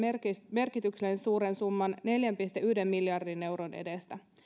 merkityksellisen suuren summan neljän pilkku yhden miljardin euron edestä